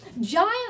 giant